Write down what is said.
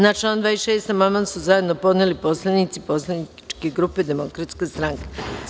Na član 26. amandman su zajedno podneli poslanici Poslaničke grupe Demokratska stranka.